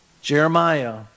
Jeremiah